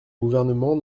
gouvernement